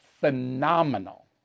phenomenal